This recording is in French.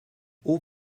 aux